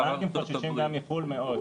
הבנקים חוששים מחו"ל מאוד.